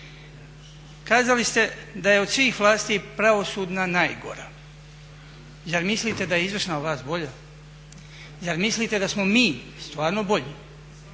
Kazali ste da je od svih vlasti pravosudna najgora. Zar mislite da je izvršna vlast bolja? Zar mislite da smo mi stvarno bolji?